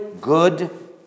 good